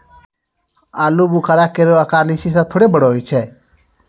आलूबुखारा केरो आकर लीची सें थोरे बड़ो होय छै